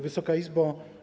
Wysoka Izbo!